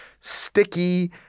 sticky